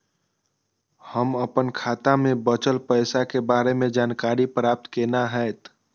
हम अपन खाता में बचल पैसा के बारे में जानकारी प्राप्त केना हैत?